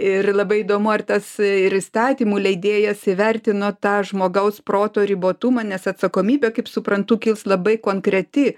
ir labai įdomu ar tas ir įstatymų leidėjas įvertino tą žmogaus proto ribotumą nes atsakomybė kaip suprantu kils labai konkreti